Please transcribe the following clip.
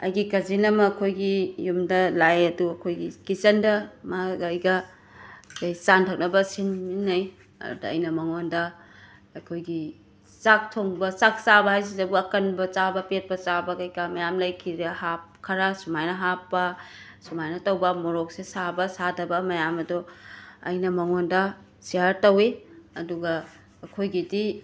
ꯑꯩꯒꯤ ꯀꯖꯤꯟ ꯑꯃ ꯑꯩꯈꯣꯏꯒꯤ ꯌꯨꯝꯗ ꯂꯥꯛꯑꯦ ꯑꯗꯣ ꯑꯩꯈꯣꯏꯒꯤ ꯀꯤꯆꯟꯗ ꯃꯥꯒ ꯑꯩꯒ ꯆꯥꯅ ꯊꯛꯅꯕ ꯁꯤꯟꯃꯤꯟꯅꯩ ꯑꯗꯨꯗ ꯑꯩꯅ ꯃꯉꯣꯟꯗ ꯑꯩꯈꯣꯏꯒꯤ ꯆꯥꯛ ꯊꯣꯡꯕ ꯆꯥꯛ ꯆꯥꯕ ꯍꯥꯏꯕꯁꯤꯗꯕꯨ ꯑꯀꯟꯕ ꯆꯥꯕ ꯄꯦꯠꯄ ꯆꯥꯕ ꯀꯩ ꯀꯥ ꯃꯌꯥꯝ ꯂꯩ ꯈꯤꯔ ꯍꯥꯞ ꯈꯔ ꯁꯨꯃꯥꯏꯅ ꯍꯥꯞꯄ ꯁꯨꯃꯥꯏꯅ ꯇꯧꯕ ꯃꯣꯔꯣꯛꯁꯦ ꯁꯥꯕ ꯁꯥꯗꯕ ꯃꯌꯥꯝ ꯑꯗꯣ ꯑꯩꯅ ꯃꯉꯣꯟꯗ ꯁ꯭ꯌꯔ ꯇꯧꯏ ꯑꯗꯨꯒ ꯑꯩꯈꯣꯏꯒꯤꯗꯤ